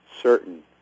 certain